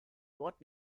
dort